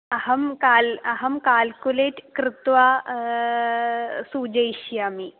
अहं काल् अहं काल्कुलेट् कृत्वा सूचयिष्यामि